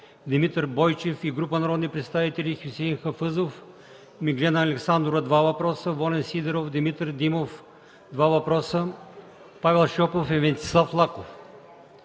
Димитър Бойчев и група народни представители, Хюсеин Хафъзов, Миглена Александрова – 2 въпроса, Волен Сидеров, Димитър Димов – 2 въпроса, Павел Шопов и Венцислав Лаков.